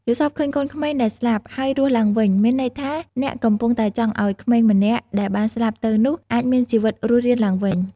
យល់សប្តិឃើញកូនក្មេងដែលស្លាប់ ហើយរស់ឡើងវិញ មានន័យថា អ្នកកំពុងតែចង់ឲ្យក្មេងម្នាក់ ដែលបានស្លាប់ទៅនោះ អាចមានជីវិតរស់រានឡើងវិញ។